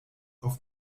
auf